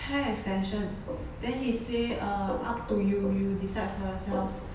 hair extension then he say uh up to you you decide for yourself